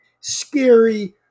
scary